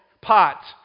pot